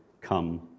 come